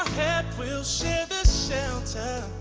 head we'll share the shelter